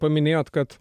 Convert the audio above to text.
paminėjot kad